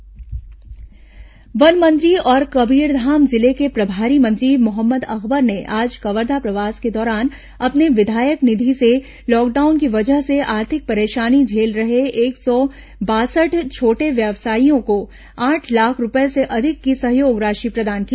one मंत्री कवर्धा दौरा वन मंत्री और कबीरधाम जिले के प्रभारी मंत्री मोहम्मद अकबर ने आज कवर्घा प्रवास के दौरान अपने विधायक निधि से लॉकडाउन की वजह से आर्थिक परेशानी झेल रहे एक सौ बासठ छोटे व्यवसायियों को आठ लाख रूपये से अधिक की सहयोग राशि प्रदान की